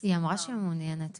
היא אמרה שהיא מעוניינת.